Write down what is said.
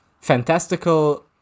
fantastical